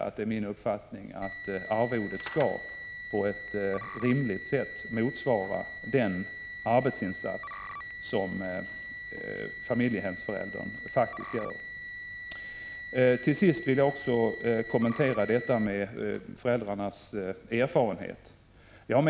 Min principiella uppfattning är emellertid att arvodet på ett rimligt sätt skall motsvara den arbetsinsats som familjehemsföräldern faktiskt gör. Till sist vill jag kommentera det Margö Ingvardsson sade om föräldrarnas erfarenhet.